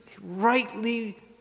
rightly